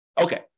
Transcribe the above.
Okay